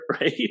right